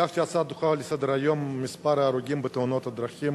הגשתי הצעה דחופה לסדר-היום: מספר ההרוגים בתאונות הדרכים